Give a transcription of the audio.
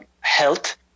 health